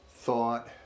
thought